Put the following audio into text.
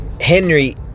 Henry